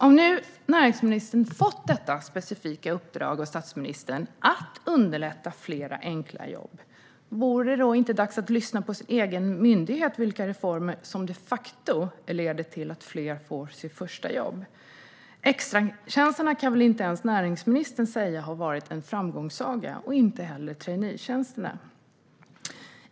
Om nu näringsministern har fått det specifika uppdraget av statsministern att underlätta för fler enkla jobb undrar jag: Är det inte dags att lyssna på den egna myndigheten och höra vilka reformer som de facto leder till att fler får sitt första jobb? Extratjänsterna kan väl inte ens näringsministern säga har varit en framgångssaga - inte heller traineetjänsterna.